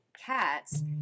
cats